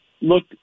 look